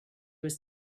was